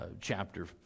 chapter